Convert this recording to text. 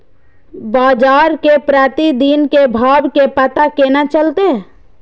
बजार के प्रतिदिन के भाव के पता केना चलते?